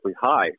high